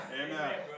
Amen